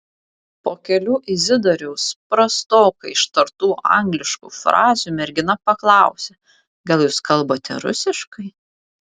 po kelių izidoriaus prastokai ištartų angliškų frazių mergina paklausė gal jūs kalbate rusiškai